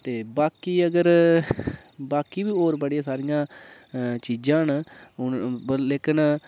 ते बाकी अगर बाकी बी होर बड़ियां सारियां चीज़ां न हून ब लेकिन